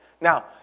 Now